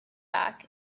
back